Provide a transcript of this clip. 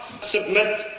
submit